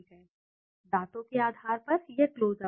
दांतों के दांतों के आधार पर यह क्लोज अप है